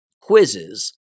quizzes